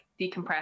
decompress